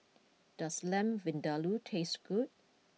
does Lamb Vindaloo taste good